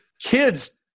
Kids